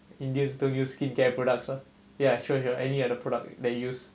indian don't use skincare products ah yeah sure you have any other product that you use